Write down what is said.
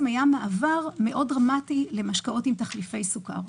בהן היה מעבר דרמטי מאוד למשקאות עם תחליפי סוכר.